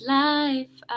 life